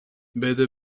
بده